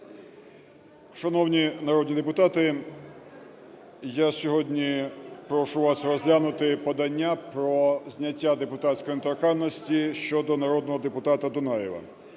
Шановні народні депутати, я сьогодні прошу вас розглянути подання про зняття депутатської недоторканності щодо народного депутата Дунаєва.